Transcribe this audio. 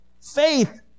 Faith